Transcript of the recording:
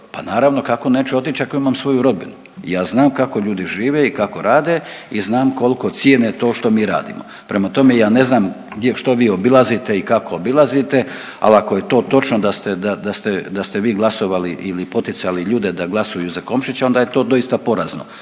pa naravno kako neću otići ako imam svoju rodbinu i ja znam kako ljudi žive i kako rade i znam koliko cijene to što mi radimo. Prema tome, ja ne znam gdje što vi obilazite i kako obilazite, ali ako je to točno da ste, da ste, da ste vi glasovali ili poticali ljude da glasuju za Komšića onda je to doista porazno.